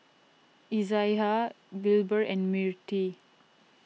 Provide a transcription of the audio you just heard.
Izaiah Wilber and Mirtie